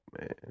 man